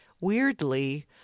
Weirdly